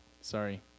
Sorry